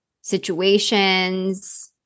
situations